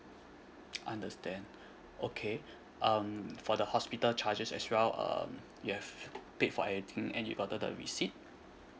understand okay um for the hospital charges as well um you have paid for everything and you got the receipt